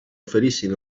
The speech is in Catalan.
oferissin